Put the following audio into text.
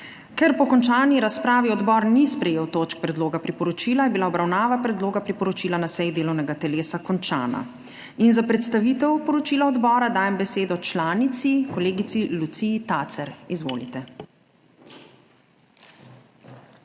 Ker po končani razpravi odbor ni sprejel točk predloga priporočila, je bila obravnava predloga priporočila na seji delovnega telesa končana. Za predstavitev poročila odbora dajem besedo članici kolegici Luciji Tacer. Izvolite.